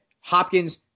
Hopkins